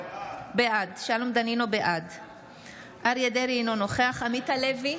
בעד אריה מכלוף דרעי, אינו נוכח עמית הלוי,